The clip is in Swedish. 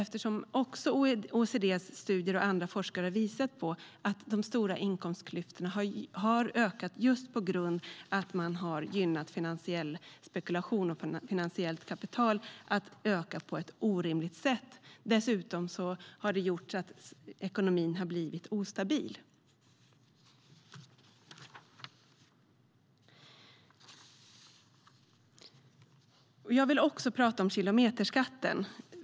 OECD:s studier och andra forskare har visat på att de stora inkomstklyftorna har ökat just på grund av att man har gynnat en orimlig ökning av finansiell spekulation och finansiellt kapital. Dessutom har det gjort att ekonomin blivit ostabil. Jag vill också prata om kilometerskatten.